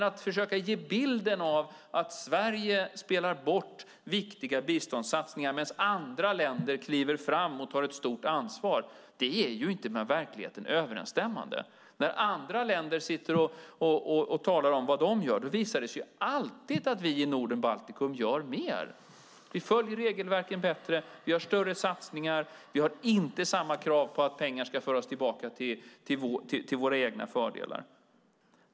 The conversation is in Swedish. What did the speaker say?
Att försöka skapa en bild av att Sverige spelar bort viktiga biståndssatsningar medan andra länder kliver fram och tar ett stort ansvar är inte med verkligheten överensstämmande. När andra länder talar om vad de gör visar det sig alltid att vi i Norden och Baltikum gör mer. Vi följer regelverken bättre, vi har större satsningar och vi har inte samma krav på att pengar ska föras tillbaka till våra egna fördelar.